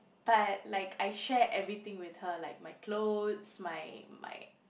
but like I share everything with her like my clothes my my